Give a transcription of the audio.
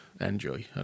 enjoy